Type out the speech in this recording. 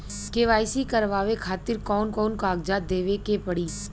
KYC करवावे खातिर कौन कौन कागजात देवे के पड़ी?